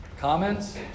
Comments